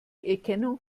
erkennung